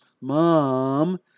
Mom